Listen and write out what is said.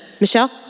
Michelle